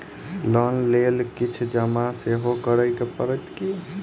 Loan लेल किछ जमा सेहो करै पड़त की?